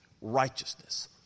righteousness